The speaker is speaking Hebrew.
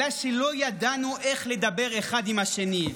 אלא שלא ידענו איך לדבר אחד עם השני.